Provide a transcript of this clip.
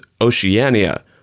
Oceania